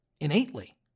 innately